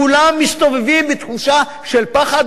כולם מסתובבים בתחושה של פחד.